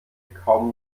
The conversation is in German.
kaum